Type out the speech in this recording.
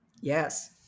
Yes